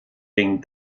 den